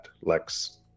Lex